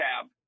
tab